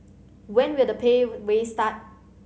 when will the pay raise start